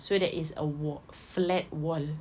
so that it's a wall flat wall